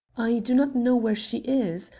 i do not know where she is.